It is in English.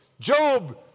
Job